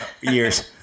Years